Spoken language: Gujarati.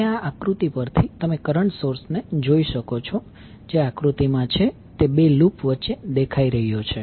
હવે આ આકૃતિ પરથી તમે કરંટ સોર્સને જોઈ શકો છો જે આકૃતિમાં છે તે બે લૂપ વચ્ચે દેખાઈ રહ્યો છે